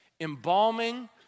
embalming